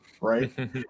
Right